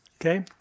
okay